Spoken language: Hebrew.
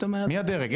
מי הדרג?